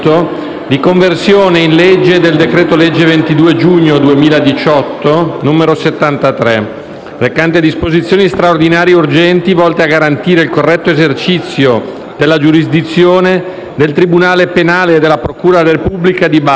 di conversione in legge del decreto-legge 22 giugno 2018, n. 73, recante disposizioni straordinarie e urgenti volte a garantire il corretto esercizio della giurisdizione del tribunale penale e della procura della Repubblica di Bari,